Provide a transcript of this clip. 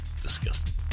Disgusting